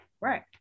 right